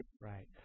Right